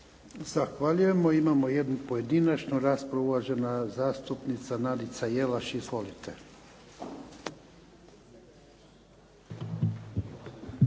Zahvaljujem. Imamo jednu pojedinačnu raspravu, uvažena zastupnica Nadica Jelaš. Izvolite.